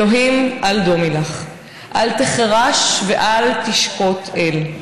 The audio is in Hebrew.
// אלוהים, אל דומי לך, / אל תחרש ואל-תשקוט אל.